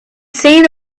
seen